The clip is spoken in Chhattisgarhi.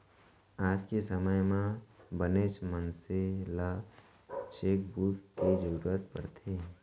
आज के समे म बनेच मनसे ल चेकबूक के जरूरत परथे